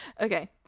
Okay